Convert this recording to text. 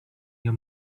your